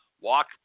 walk